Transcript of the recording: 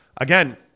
Again